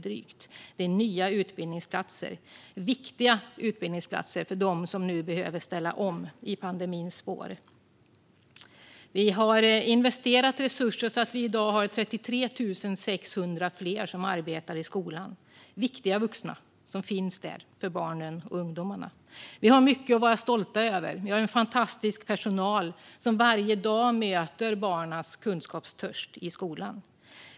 Det är nya och viktiga utbildningsplatser för dem som nu behöver ställa om i pandemins spår. Vi har investerat resurser så att vi i dag har 33 600 fler som arbetar i skolan - viktiga vuxna som finns där för barnen och ungdomarna. Vi har mycket att vara stolta över. Vi har en fantastisk personal som varje dag möter barnens kunskapstörst i skolan.